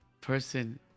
person